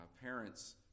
parents